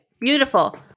Beautiful